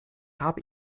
habe